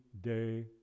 day